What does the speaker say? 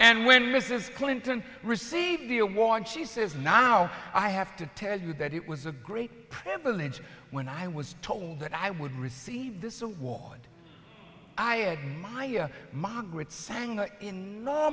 and when mrs clinton received the award she says now i have to tell you that it was a great privilege when i was told that i would receive this award i admired margaret sang